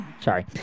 Sorry